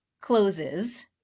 closes